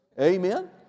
Amen